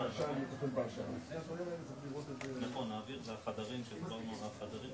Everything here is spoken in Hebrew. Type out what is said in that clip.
אני מבקשת מהאוצר להתחיל לקרוא את כל סעיף 1,